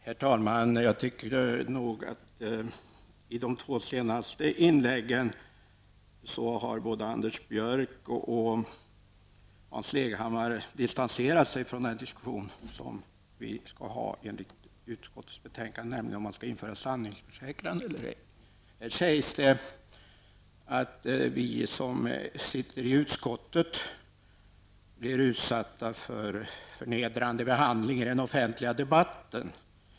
Herr talman! Jag tycker att i det två senaste inläggen har både Anders Björck och Hans Leghammar distanserat sig från den diskussion vi skall ha enligt utskottets betänkande, nämligen om sanningsförsäkran skall införas eller ej. Det sägs här att vi som sitter i utskottet blir utsatta för förnedrande behandling i den offentliga debatten.